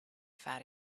fat